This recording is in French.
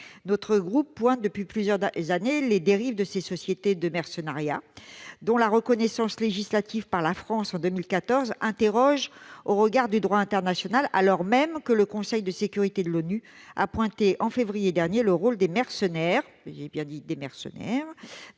Notre groupe souligne depuis plusieurs années les dérives de ces sociétés de mercenariat, dont la reconnaissance législative par la France, en 2014, interroge au regard du droit international, alors même que le Conseil de sécurité de l'ONU a pointé, en février dernier, le rôle des mercenaires dans l'insécurité